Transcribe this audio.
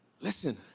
Listen